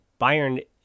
Bayern